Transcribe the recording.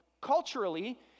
Culturally